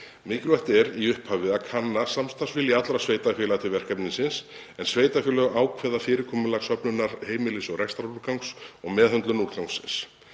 Mikilvægt er í upphafi að kanna samstarfsvilja allra sveitarfélaga til verkefnisins, en sveitarfélög ákveða fyrirkomulag söfnunar heimilis- og rekstrarúrgangs og meðhöndlun úrgangsins.